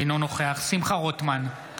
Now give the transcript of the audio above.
אינו נוכח שמחה רוטמן,